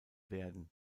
werden